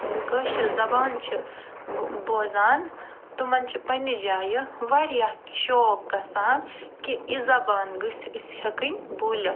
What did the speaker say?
کٲشِر زبان چھِ وۄنۍ بوزان تِمَن چھِ پَننہِ جایہِ واریاہ شوق گژھان کہِ یہِ زبان گٔژھۍ أسۍ ہیٚکٕنۍ بوٗلِتھ